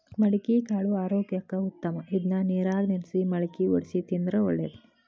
ಮಡಿಕಿಕಾಳು ಆರೋಗ್ಯಕ್ಕ ಉತ್ತಮ ಇದ್ನಾ ನೇರಾಗ ನೆನ್ಸಿ ಮಳ್ಕಿ ವಡ್ಸಿ ತಿಂದ್ರ ಒಳ್ಳೇದ